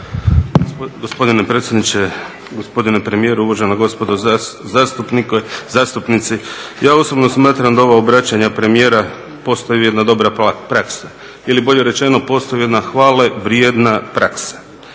DI)** Gospodine predsjedniče, gospodine premijeru, uvažena gospodo zastupnici. Ja osobno smatram da ova obraćanja premijera postaju jedna dobra praksa ili bolje rečeno postaju jedna hvale vrijedna praksa.